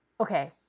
Okay